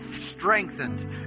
strengthened